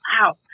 wow